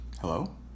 Hello